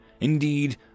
Indeed